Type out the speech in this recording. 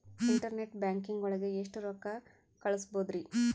Internet banking ಒಳಗೆ ಎಷ್ಟ್ ರೊಕ್ಕ ಕಲ್ಸ್ಬೋದ್ ರಿ?